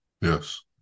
Yes